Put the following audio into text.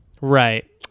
Right